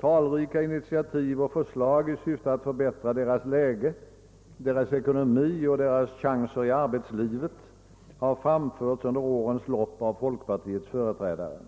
Talrika initiativ och förslag i syfte att förbättra deras läge, deras ekonomi och deras chanser i arbetslivet har framförts under årens lopp av folkpartiets företrädare.